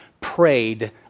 prayed